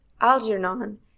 Algernon